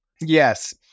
Yes